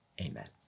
Amen